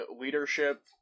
leadership